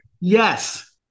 yes